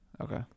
Okay